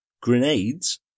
grenades